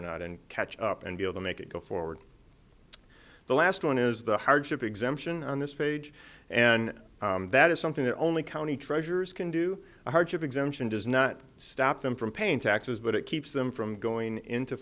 or not and catch up and be able to make it go forward the last one is the hardship exemption on this page and that is something that only county treasures can do a hardship exemption does not stop them from paying taxes but it keeps them from going into